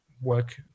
work